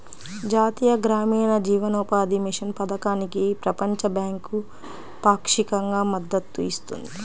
జాతీయ గ్రామీణ జీవనోపాధి మిషన్ పథకానికి ప్రపంచ బ్యాంకు పాక్షికంగా మద్దతు ఇస్తుంది